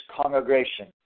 congregation